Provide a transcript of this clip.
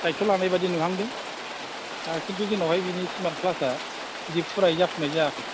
दायथ' लानाय बादि नुहांदों दा खिन्थु जोंनावहाय बिनि स्मार्ट क्लासया बिदि फुरायै जाफुंनाय जायाखौ